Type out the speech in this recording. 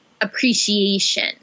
appreciation